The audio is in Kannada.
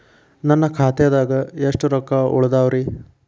ನನ್ನ ಖಾತೆದಾಗ ಎಷ್ಟ ರೊಕ್ಕಾ ಉಳದಾವ್ರಿ?